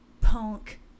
punk